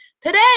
today